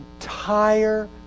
entire